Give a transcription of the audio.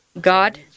God